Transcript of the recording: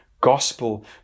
gospel